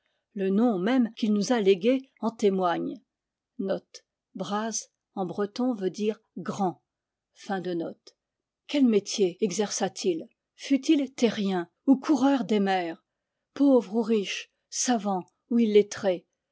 le nom même qu'il nous a légué en grand quel métier exerça t il fut-il terrien ou coureur des mers pauvre ou riche savant ou illettré dieu le